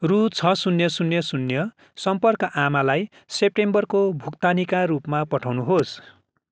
रु छ शून्य शून्य शून्य सम्पर्क आमालाई सेप्टेम्बरको भुक्तानीका रूपमा पठाउनुहोस्